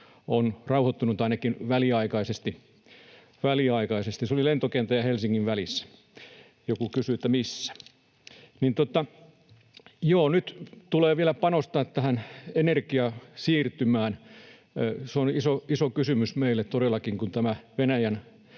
on rauhoittunut ainakin väliaikaisesti. — Joku kysyi, missä: se oli lentokentän ja Helsingin välissä. Nyt tulee vielä panostaa tähän energiasiirtymään. Se on iso kysymys meille todellakin, kun tämä Venäjän